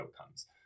outcomes